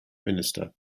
minister